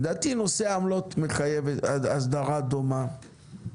לדעתי נושא העמלות מחייב הסדרה דומה.